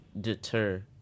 deter